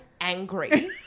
angry